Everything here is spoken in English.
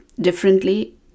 differently